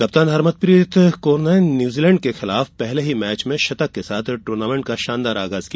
कप्तान हरमनप्रीत कौर ने न्यूजीलैंड के साथ प्रोविडेंस में पहले मैच में शतक के साथ टूर्नामेंट का शानदार आगाज किया